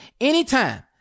anytime